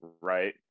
right